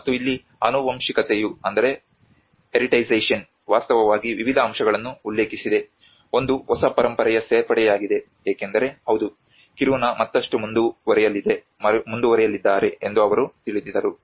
ಮತ್ತು ಇಲ್ಲಿ ಆನುವಂಶಿಕತೆಯು ವಾಸ್ತವವಾಗಿ ವಿವಿಧ ಅಂಶಗಳನ್ನು ಉಲ್ಲೇಖಿಸಿದೆ ಒಂದು ಹೊಸ ಪರಂಪರೆಯ ಸೇರ್ಪಡೆಯಾಗಿದೆ ಏಕೆಂದರೆ ಹೌದು ಕಿರುನಾ ಮತ್ತಷ್ಟು ಮುಂದುವರಿಯಲಿದ್ದಾರೆ ಎಂದು ಅವರು ತಿಳಿದರು